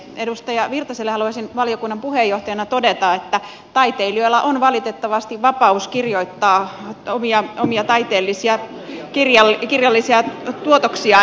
edustaja virtaselle haluaisin valiokunnan puheenjohtajana todeta että taiteilijoilla on valitettavasti vapaus kirjoittaa omia taiteellisia kirjallisia tuotoksiaan